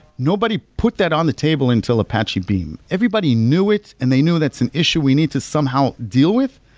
nobody put that on the table until apache beam. everybody knew it and they knew that's an issue we need to somehow deal with,